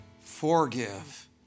forgive